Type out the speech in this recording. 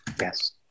Yes